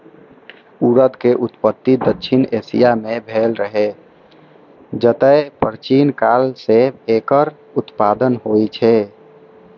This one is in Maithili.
उड़द के उत्पत्ति दक्षिण एशिया मे भेल रहै, जतय प्राचीन काल सं एकर उत्पादन होइ छै